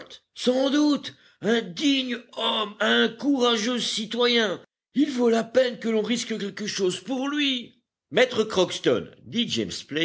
sans doute un digne homme un courageux citoyen il vaut la peine que l'on risque quelque chose pour lui maître crockston dit james